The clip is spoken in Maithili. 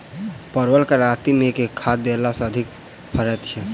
परवल केँ लाती मे केँ खाद्य देला सँ अधिक फरैत छै?